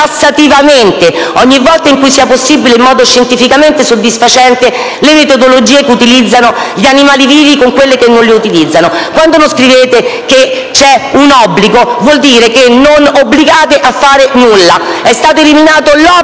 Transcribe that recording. ogni volta in cui sia possibile farlo in modo scientificamente soddisfacente, le metodologie che utilizzano gli animali vivi con quelle che non li utilizzano. Quando non scrivete che c'è un obbligo vuol dire che non obbligate a fare nulla! *(Applausi